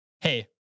Hey